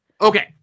Okay